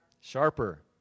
Sharper